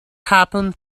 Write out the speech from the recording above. happened